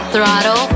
Throttle